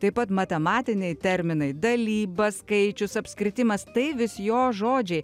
taip pat matematiniai terminai dalyba skaičius apskritimas tai vis jo žodžiai